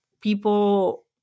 people